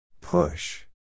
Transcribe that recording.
Push